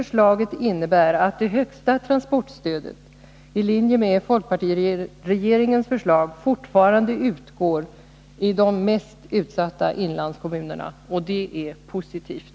Förslaget innebär att det högsta transportstödet, i linje med folkpartiregeringens förslag, fortfarande utgår i de mest utsatta inlandskommunerna, och det är positivt.